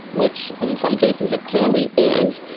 which in some cases it clearly is.